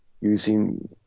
using